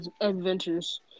Adventures